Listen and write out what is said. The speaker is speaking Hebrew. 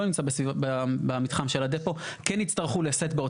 אלא ממש תשתית שהופקעה נטו לטובת התשתית הציבורית.